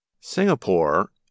Singapore